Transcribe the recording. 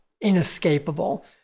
inescapable